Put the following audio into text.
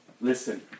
Listen